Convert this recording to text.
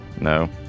No